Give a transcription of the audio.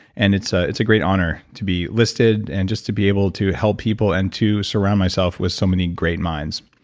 and it's ah a great honor to be listed and just to be able to help people, and to surround myself with so many great minds.